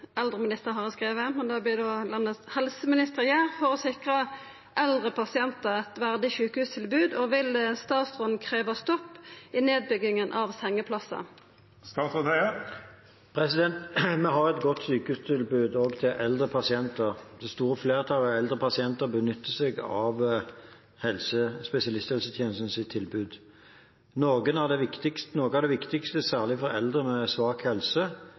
for å sikre eldre pasienter et verdig sykehustilbud, og vil statsråden kreve stopp i nedbygging av sengeplasser?» Vi har et godt sykehustilbud – også til eldre pasienter. Det store flertallet av eldre pasienter benytter seg av spesialisthelsetjenestens tilbud. Noe av det viktigste, særlig for eldre med svak helse,